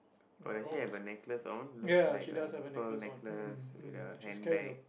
oh does she have a necklace on looks like a pearl necklace with a handbag